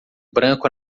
branco